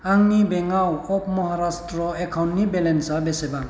आंनि bank of Maharashtra एकाउन्टनि बेलेन्सा बेसेबां